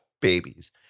babies